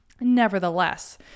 nevertheless